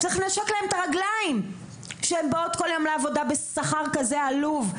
צריך לנשק להם את הרגליים שהן באות כל יום לעבודה בשכר כזה עלוב.